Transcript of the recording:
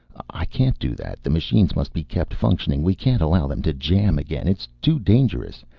i can't do that. the machines must be kept functioning. we can't allow them to jam again. it's too dangerous.